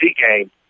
game